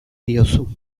diozu